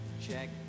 Check